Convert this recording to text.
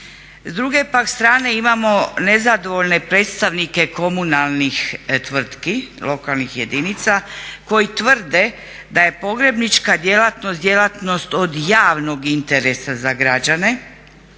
S druge pak strane imamo nezadovoljne predstavnike komunalnih tvrtki, lokalnih jedinica koji tvrde da je pogrebnička djelatnost djelatnost od javnog interesa za građane